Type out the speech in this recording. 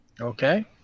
Okay